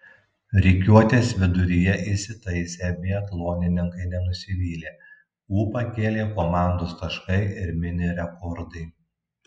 rikiuotės viduryje įsitaisę biatlonininkai nenusivylė ūpą kėlė komandos taškai ir mini rekordai